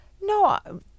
No